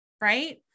Right